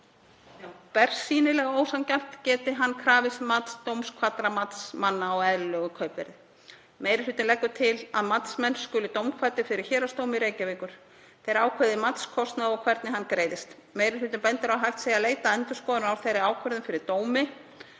bersýnilega ósanngjarnt geti hann krafist mats dómkvaddra matsmanna á eðlilegu kaupverði. Meiri hlutinn leggur til að matsmenn skuli dómkvaddir fyrir Héraðsdómi Reykjavíkur. Þeir ákveði matskostnað og hvernig hann greiðist. Meiri hlutinn bendir á að hægt sé að leita endurskoðunar á þeirri ákvörðun fyrir dómi,